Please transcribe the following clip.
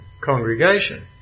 congregation